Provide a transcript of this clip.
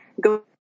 go